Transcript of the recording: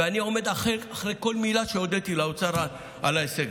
ואני עומד מאחורי כל מילה שהודיתי לאוצר על ההישג.